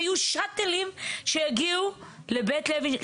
ויהיו שאטלים שיגיעו לבית לוינשטיין.